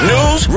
News